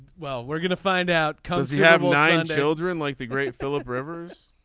well we're going to find out cause you have nine children like the great philip rivers